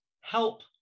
help